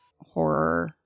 horror